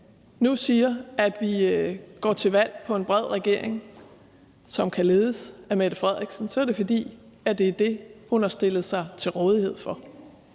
nu siger, at vi går til valg på en bred regering, som kan ledes af Mette Frederiksen, så er det, fordi det er det, hun har stillet sig til rådighed for.